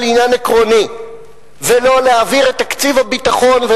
לעניין עקרוני ולא להעביר את תקציב הביטחון.